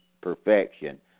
perfection